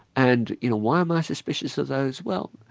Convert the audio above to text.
and you know why am i suspicious of those? well,